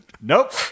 Nope